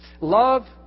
Love